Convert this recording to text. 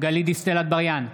גלית דיסטל אטבריאן,